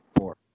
four